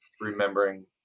remembering